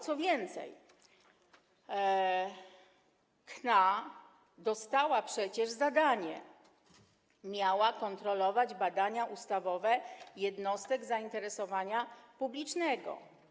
Co więcej, KNA dostała przecież zadanie, miała kontrolować badania ustawowe jednostek zainteresowania publicznego.